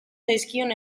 zaizkion